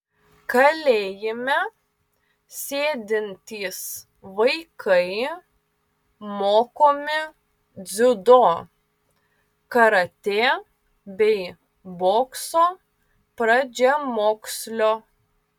kalėjime sėdintys vaikai mokomi dziudo karatė bei bokso pradžiamokslio